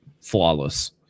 flawless